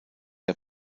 der